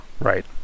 Right